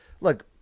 look